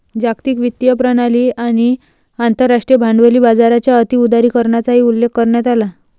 जागतिक वित्तीय प्रणाली आणि आंतरराष्ट्रीय भांडवली बाजाराच्या अति उदारीकरणाचाही उल्लेख करण्यात आला